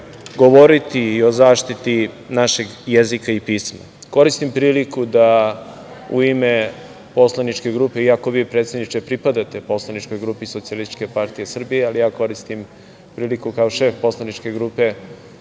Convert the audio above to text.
govoriti o zaštiti našeg jezika i pisma. Koristim priliku da u ime poslaničke grupe, iako vi predsedniče pripadate poslaničkoj grupi SPS, ali ja koristim priliku kao šef poslaničke grupe